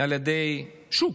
על ידי שוק.